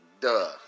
Duh